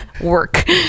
work